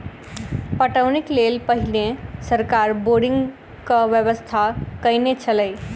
पटौनीक लेल पहिने सरकार बोरिंगक व्यवस्था कयने छलै